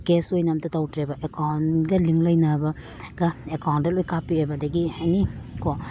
case ꯑꯣꯏꯅ ꯑꯝꯇ ꯇꯧꯔꯛꯇ꯭ꯔꯦꯕ ꯑꯦꯀꯥꯎꯟꯒ ꯂꯤꯡ ꯂꯩꯅꯕꯒ ꯑꯦꯀꯥꯎꯟꯗ ꯂꯣꯏ ꯀꯥꯄꯛꯑꯦꯕ ꯑꯗꯒꯤ ꯑꯦꯅꯤ ꯀꯣ